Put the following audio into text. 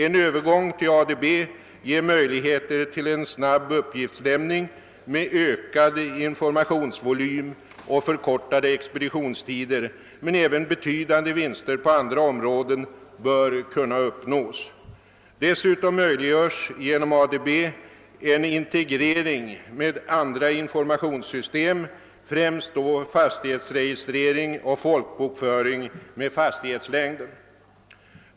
En övergång till ADB ger möjligheter till en snabb uppgiftslämning med ökad informationsvolym och förkortade expeditionstider, men även betydande vinster på andra områden bör kunna uppnås. Dessutom möjliggörs genom ADB en integrering med andra informationssystem, främst då fastighetsregistrering och folkbokföring med fastighetslängden.